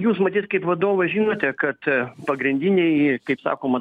jūs matyt kaip vadovas žinote kad pagrindiniai kaip sakoma